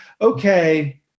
okay